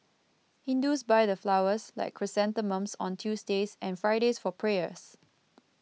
hindus buy the flowers like chrysanthemums on Tuesdays and Fridays for prayers